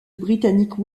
britannique